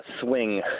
swing